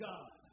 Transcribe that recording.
God